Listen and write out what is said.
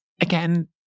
again